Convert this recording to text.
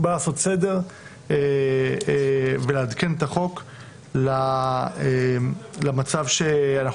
הוא בא לעשות סדר ולעדכן את החוק למצב שאנחנו